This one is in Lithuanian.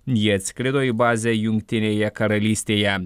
jie atskrido į bazę jungtinėje karalystėje